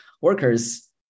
workers